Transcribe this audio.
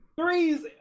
Threes